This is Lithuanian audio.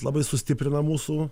labai sustiprina mūsų